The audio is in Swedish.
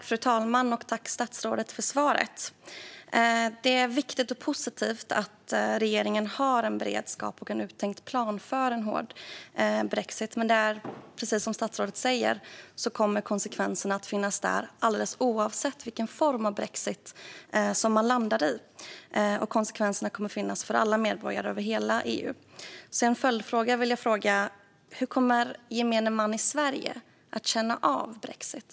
Fru talman! Tack, statsrådet, för svaret! Det är viktigt och positivt att regeringen har en beredskap och en uttänkt plan för en hård brexit. Men precis som statsrådet säger kommer konsekvenserna att finnas där alldeles oavsett vilken form av brexit som man landar i. Konsekvenserna kommer att finnas för alla medborgare i hela EU. Jag har även en följdfråga. Hur kommer gemene man i Sverige att känna av brexit?